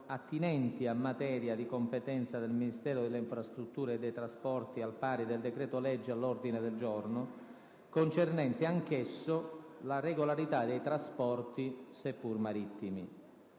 attinenti a materia di competenza del Ministero delle infrastrutture e dei trasporti al pari del decreto-legge all'ordine del giorno, concernente anch'esso la regolarità dei trasporti, seppur marittimi.